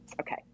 Okay